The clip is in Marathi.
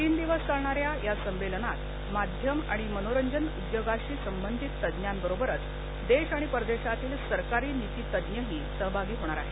तीन दिवस चालणाऱ्या या संमेलनात माध्यम आणि मनोरंजन उद्योगाशी संबंधित तज्ञाबरोबरच देश आणि परदेशातील सरकारी नीती तज्ञहि सहभागी होणार आहेत